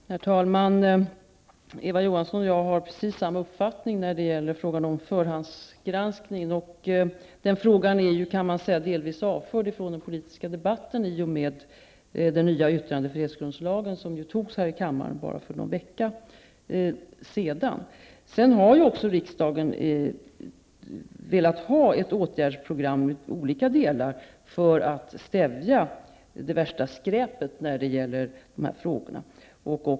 Herr talman! Eva Johansson och jag har precis samma uppfattning när det gäller frågan om förhandsgranskning. Den frågan är delvis avförd från den politiska debatten i och med den nya yttrandefrihetsgrundlagen, som ju antogs här i kammaren bara för någon vecka sedan. Riksdagen har också velat ha ett åtgärdsprogram med olika delar för att stävja det värsta skräpet i detta avseende.